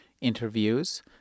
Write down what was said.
interviews